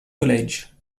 college